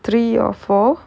three or four